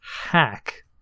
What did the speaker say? hack